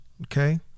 okay